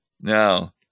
Now